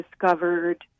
discovered